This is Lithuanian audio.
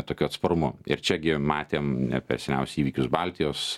tokiu atsparumu ir čia gi matėm ne per seniausiai įvykius baltijos